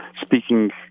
speaking